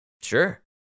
Sure